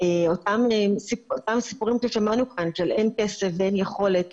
אותם סיפורים ששמענו כאן של אין כסף ואין יכולת